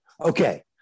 Okay